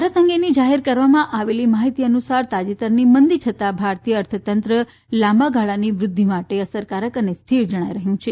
ભારત અંગેની જાહેર કરવામાં આવેલી માહિતી અનુસાર તાજેતરની મંદી છતા ભારતીય અર્થતંત્ર લાંબાગાળાની વૃધ્ધી માટે અસરકારક અને સ્થીર જણાઇ રહયું છે